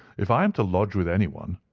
if i am to lodge with anyone,